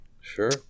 Sure